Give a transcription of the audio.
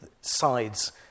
sides